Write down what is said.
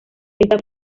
esta